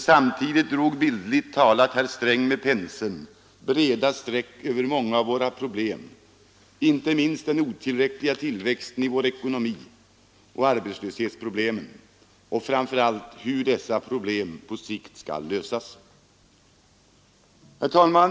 Samtidigt drog bildligt talat herr Sträng med penseln breda streck över många av våra problem, inte minst den otillräckliga tillväxten i vår ekonomi, arbetslösheten och framför allt frågan hur dessa problem skall lösas. Herr talman!